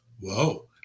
whoa